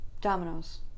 dominoes